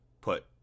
put